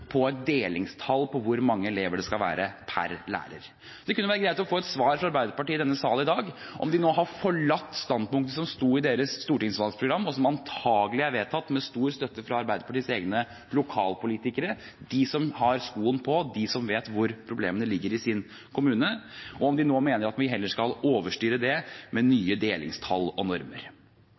et delingstall på hvor mange elever det skal være per lærer. Det kunne vært greit å få et svar fra Arbeiderpartiet i denne sal i dag på spørsmålet om hvorvidt de nå har forlatt standpunktet som sto i deres stortingsvalgsprogram – som antagelig er vedtatt med stor støtte fra Arbeiderpartiets egne lokalpolitikere, som er de som har skoen på, og som vet hvor problemene ligger i sine kommuner – og om de nå heller mener at vi skal overstyre det med nye delingstall og normer.